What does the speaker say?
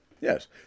Yes